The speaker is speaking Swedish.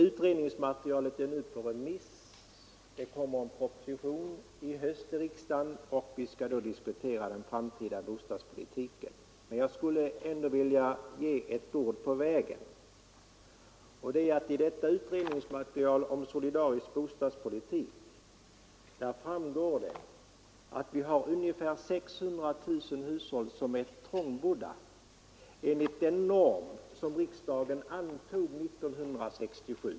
Utredningsmaterialet är nu på remiss — i höst får riksdagen en proposition i ärendet, och vi skall då diskutera den framtida bostadspolitiken. Men jag skulle ändå vilja ge herr Granstedt ett ord på vägen. Av utredningen om en solidarisk bostadspolitik framgår det att ungefär 600 000 hushåll här i landet är trångbodda enligt den norm som riksdagen antog 1967.